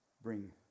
bring